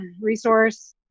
resource